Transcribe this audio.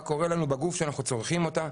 מה קורה לנו בגוף כשאנחנו צורכים אותה?